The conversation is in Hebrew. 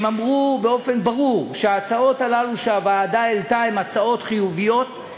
הם אמרו באופן ברור שההצעות הללו שהוועדה העלתה הן הצעות חיוביות,